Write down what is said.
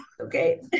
Okay